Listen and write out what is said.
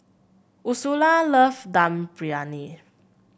Ursula love Dum Briyani